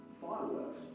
fireworks